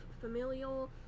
familial